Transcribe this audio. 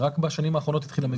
רק בשנים האחרונות התחיל המגורים.